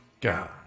God